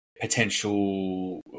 potential